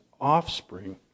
offspring